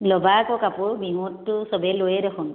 ল'বায়েটো কাপোৰ বিহুতটো চবেই লৈয়ে দেখোন